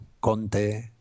Conte